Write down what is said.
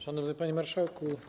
Szanowny Panie Marszałku!